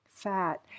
Fat